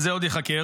וזה עוד ייחקר,